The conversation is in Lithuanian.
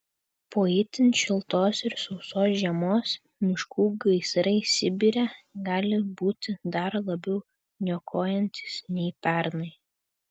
po itin šiltos ir sausos žiemos miškų gaisrai sibire gali būti dar labiau niokojantys nei pernai